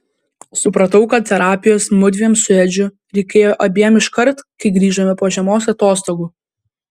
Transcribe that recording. supratau kad terapijos mudviem su edžiu reikėjo abiem iškart kai grįžome po žiemos atostogų